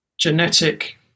genetic